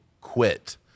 quit